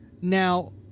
Now